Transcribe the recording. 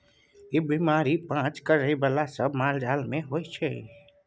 ई बीमारी पाज करइ बला सब मालजाल मे होइ छै